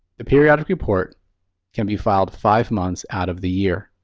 the periodic report can be filed five months out of the year,